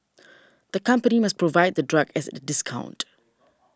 the company must provide the drug as a discount